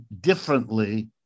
differently